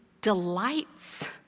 delights